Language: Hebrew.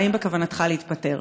האם בכוונתך להתפטר?